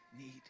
need